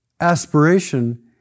aspiration